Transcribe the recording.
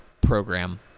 program